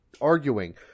arguing